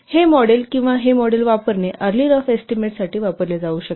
हे model early rough एस्टीमेटसाठी वापरले जाऊ शकते